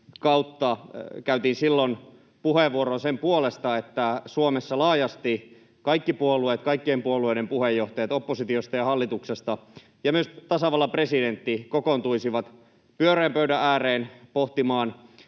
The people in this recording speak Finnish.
käytin silloin puheenvuoron sen puolesta, että Suomessa laajasti kaikki puolueet, kaikkien puolueiden puheenjohtajat oppositiosta ja hallituksesta, ja myös tasavallan presidentti kokoontuisivat pyöreän pöydän ääreen pohtimaan